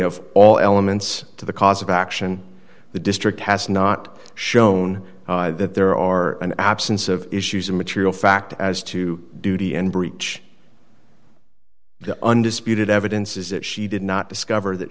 of all elements to the cause of action the district has not shown that there are an absence of issues of material fact as to duty and breach the undisputed evidence is that she did not discover that